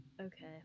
Okay